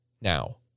now